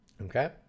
Okay